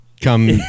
come